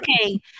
Okay